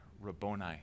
Rabboni